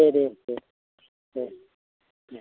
दे दे दे दे दे